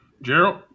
Gerald